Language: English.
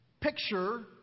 picture